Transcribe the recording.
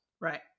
Right